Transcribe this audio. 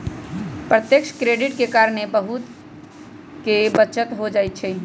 प्रत्यक्ष क्रेडिट के कारण समय के बहुते बचत हो जाइ छइ